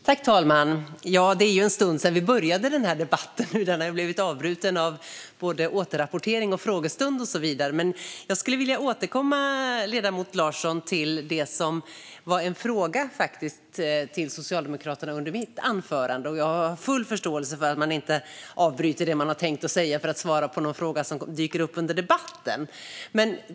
Fru talman! Det är en stund sedan vi började denna debatt eftersom den har blivit avbruten av både återrapportering och frågestund. Jag ställde en fråga till Socialdemokraterna i mitt anförande, och jag har full förståelse för att man inte avbryter det man har tänkt säga för att svara på en fråga som dyker upp i debatten.